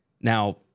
Now